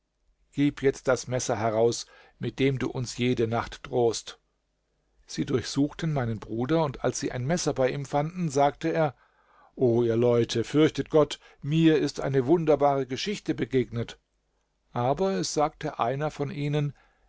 gib jetzt das messer heraus mit dem du uns jede nacht drohst sie durchsuchten meinen bruder und als sie ein messer bei ihm fanden sagte er o ihr leute fürchtet gott mir ist eine wunderbare geschichte begegnet aber es sagte einer von ihnen